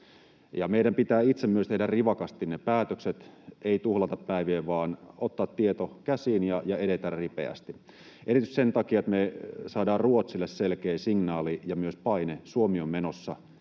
Meidän pitää itse myös tehdä rivakasti ne päätökset, ei tuhlata päiviä vaan ottaa tieto käsiin ja edetä ripeästi erityisesti sen takia, että me saadaan Ruotsille selkeä signaali ja myös paine: Suomi on menossa,